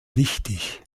wichtig